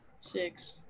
six